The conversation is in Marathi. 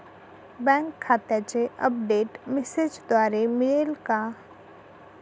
बँक खात्याचे अपडेट मेसेजद्वारे मिळेल का?